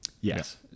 yes